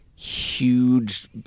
huge